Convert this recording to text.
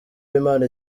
w’impano